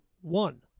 one